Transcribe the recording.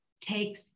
Take